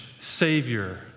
savior